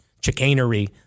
chicanery